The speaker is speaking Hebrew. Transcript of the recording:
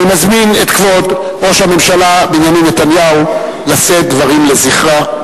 אני מזמין את כבוד ראש הממשלה בנימין נתניהו לשאת דברים לזכרה.